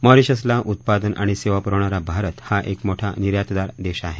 मॉरीशसला उत्पादन आणि सेवा पुरवणारा भारत हा एक मोठा निर्यातदार देश आहे